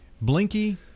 Blinky